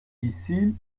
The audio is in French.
ici